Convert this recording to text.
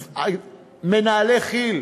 מנהלי כי"ל,